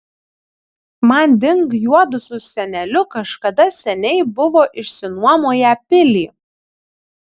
manding juodu su seneliu kažkada seniai buvo išsinuomoję pilį